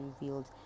revealed